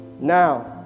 Now